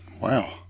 Wow